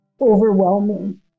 overwhelming